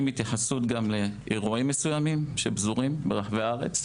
יש התייחסות לאירועים מסוימים ברחבי הארץ,